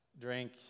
drink